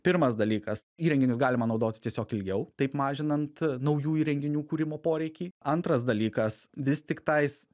pirmas dalykas įrenginius galima naudoti tiesiog ilgiau taip mažinant naujų įrenginių kūrimo poreikį antras dalykas vis tiktais